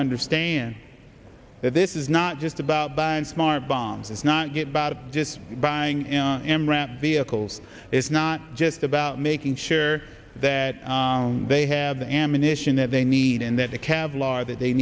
understand that this is not just about by smart bombs it's not get by just buying vehicles it's not just about making sure that they have the ammunition that they need that the cab law that they